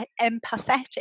empathetic